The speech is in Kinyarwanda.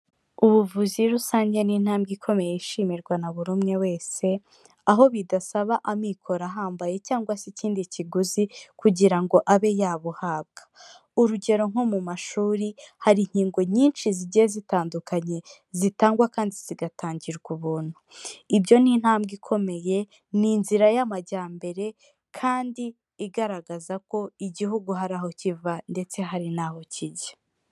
Ubuvuzi rusange ni intambwe ikomeye yishimirwa na buri umwe wese, aho bidasaba amikoro ahambaye cyangwa se ikindi kiguzi kugira ngo abe yabuhabwa. Urugero nko mu mashuri hari inkingo nyinshi zigiye zitandukanye zitangwa kandi zigatangirwa ubuntu. Ibyo ni intambwe ikomeye, ni inzira y'amajyambere kandi igaragaza ko igihugu hari aho kiva ndetse hari n'aho kijya.